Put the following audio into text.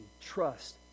trust